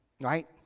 right